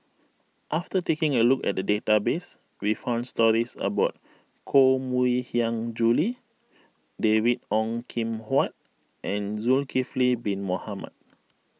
after taking a look at the database we found stories about Koh Mui Hiang Julie David Ong Kim Huat and Zulkifli Bin Mohamed